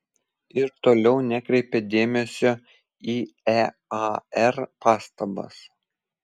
ir toliau nekreipė dėmesio į ear pastabas